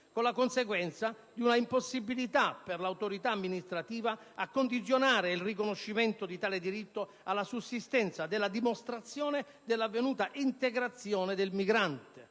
con la conseguenza di una impossibilità, per l'autorità amministrativa, a condizionare il riconoscimento di tale diritto alla sussistenza della dimostrazione dell'avvenuta integrazione del migrante,